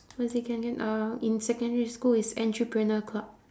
what is it again again uh in secondary school it's entrepreneur club